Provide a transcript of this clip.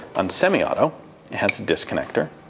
on semi-auto it has a disconnector,